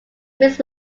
mix